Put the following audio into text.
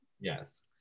Yes